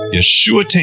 Yeshua